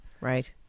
Right